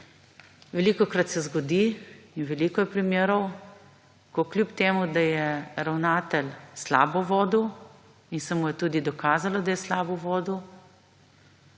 Velikokrat se zgodi in veliko je primerov, ko kljub temu, da je ravnatelj slabo vodil in se mu je tudi dokazalo, da je slabo vodil,